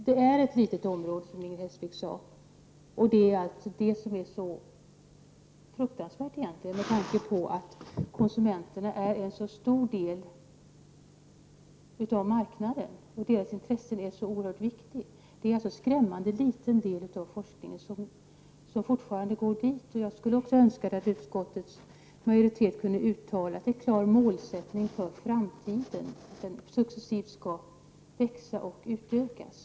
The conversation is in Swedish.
Det är ett litet område, som Inger Hestvik sade, och det är detta som är så fruktansvärt med tanke på att konsumenterna är en så stor del av marknaden och deras intressen är så oerhört viktiga. Det är alltså en skrämmande liten del av forskning som handlar om konsumenterna. Jag skulle önska att utskottsmajoriteten kunde uttala som en klar målsättning för framtiden att denna forskning successivt skall växa och utökas.